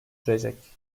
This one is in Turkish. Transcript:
sürecek